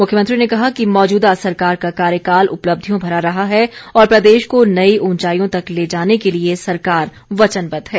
मुख्यमंत्री ने कहा कि मौजूदा सरकार का कार्यकाल उपलब्धियों भरा रहा है और प्रदेश को नई ऊंचाईयों तक ले जाने के लिए सरकार वचनबद्ध है